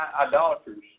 idolaters